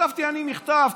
כתבתי אני מכתב.